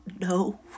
no